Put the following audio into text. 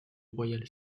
royal